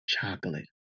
Chocolate